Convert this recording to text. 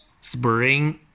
Spring